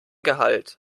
gehalt